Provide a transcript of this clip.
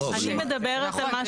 אני מדברת על משהו אחר,